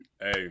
Hey